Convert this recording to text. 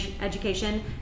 education